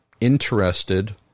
interested